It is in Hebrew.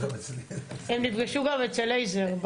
הן נפגשו גם אצל לייזר,